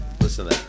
Listen